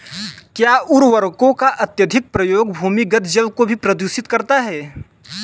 क्या उर्वरकों का अत्यधिक प्रयोग भूमिगत जल को भी प्रदूषित करता है?